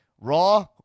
Raw